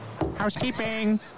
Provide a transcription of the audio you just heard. Housekeeping